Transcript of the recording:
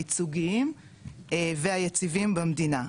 הייצוגיים והיציבים במדינה.